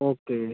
okay